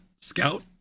Scout